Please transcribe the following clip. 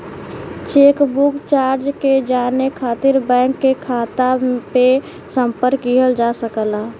chequebook charge के जाने खातिर बैंक के शाखा पे संपर्क किहल जा सकला